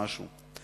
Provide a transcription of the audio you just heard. משהו.